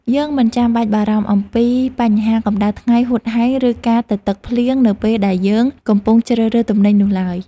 យើងមិនចាំបាច់បារម្ភអំពីបញ្ហាកម្ដៅថ្ងៃហួតហែងឬការទទឹកភ្លៀងនៅពេលដែលយើងកំពុងជ្រើសរើសទំនិញនោះឡើយ។